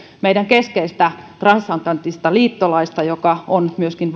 meidän keskeistä transatlanttista liittolaistamme joka on myöskin